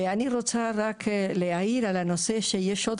ואני רוצה רק להעיר על הנושא שיש עוד